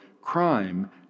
crime